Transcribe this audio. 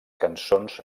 cançons